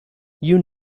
you